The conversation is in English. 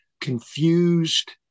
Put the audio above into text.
confused